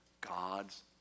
God's